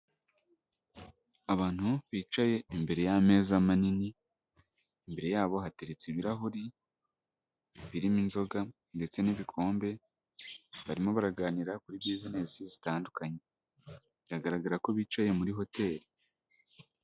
Abantu bicaye imbere y'ameza manini, imbere yabo hateretse ibirahuri birimo inzoga ndetse n'ibikombe, barimo baraganira kuri bisinesi zitandukanye, biragaragara ko bicaye muri hoteri.